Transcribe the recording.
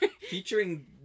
featuring